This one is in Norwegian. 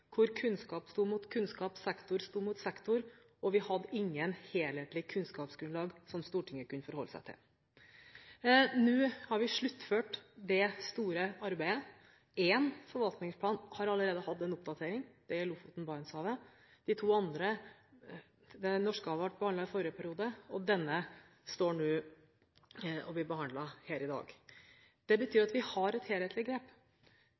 hvor kunnskap sto mot kunnskap, sektor sto mot sektor. Vi hadde ikke et helhetlig kunnskapsgrunnlag som Stortinget kunne forholde seg til. Nå har vi sluttført det store arbeidet. Forvaltningsplanen har allerede fått en oppdatering. Det gjelder Lofoten og Barentshavet. Norskehavet ble behandlet i forrige periode, og denne blir behandlet her i dag. Det betyr at vi har et helhetlig grep.